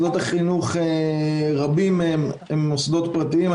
רבים מהם מוסדות פרטיים,